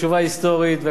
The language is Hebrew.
והכול כבר נחלת העבר,